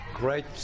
great